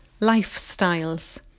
lifestyles